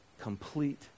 complete